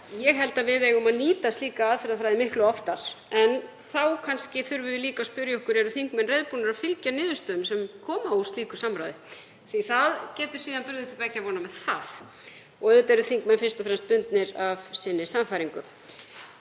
Ég held að við eigum að nýta slíka aðferðafræði miklu oftar. En þá þurfum við líka að spyrja okkur: Eru þingmenn reiðubúnir að fylgja niðurstöðum sem koma úr slíku samráði? Það getur brugðið til beggja vona með það. Auðvitað eru þingmenn fyrst og fremst bundnir af sannfæringu